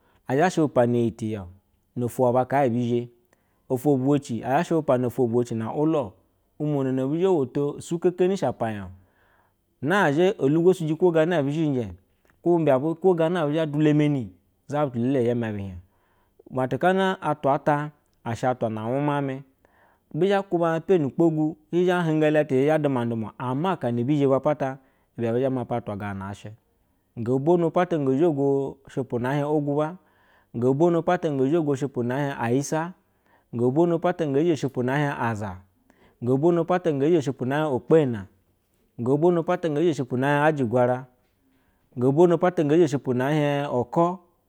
Azha she yi tiya no aba ha ebi zhe oto bu weci azha shebu ofo bu wecilua, umono obawoto shukaeni shi apanya o iza zhi dogo suyi ko gana ko gana ebezhu dula meni, zabuta lele zha me be hie o matihana atwa ata she atwa na wurne ame, bizhe kuba arpa nui kpogu kizhe kuba arpe nui kpogu kizhie henga letu tina duma, ama zana abi zhe ba abizhe mafa ata gana na ashɛ go bono pata go zhago shupu ehie oga uba go bo panta zhoago shumpu ehie aisa, go bono nge zhe shupunaahie aza, go bono pouta nge zhe na gbena go bono nga zhe shupu a mie aji guja ra, go bono pata nge zhe shupu na oko.